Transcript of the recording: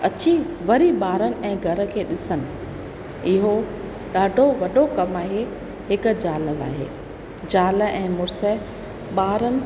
अची वरी ॿारनि ऐं घर खे ॾिसनि इहो ॾाढो वॾो कमु आहे हिकु ज़ाल लाइ ज़ाल ऐं मुड़ुस ॿारनि